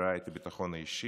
שמפקירה את הביטחון האישי,